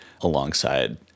alongside